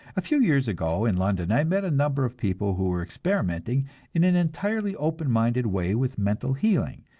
a few years ago in london i met a number of people who were experimenting in an entirely open-minded way with mental healing,